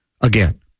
again